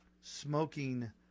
smoking